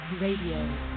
Radio